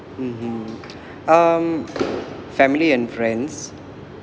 mmhmm um family and friends